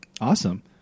Awesome